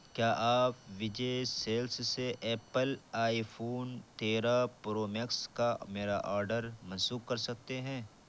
کیا آپ وجے سیلس سے ایپل آئی فون تیرہ پرو میکس کا میرا آڈر منسوخ کر سکتے ہیں